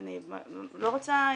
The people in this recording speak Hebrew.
אני לא רוצה,